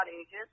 ages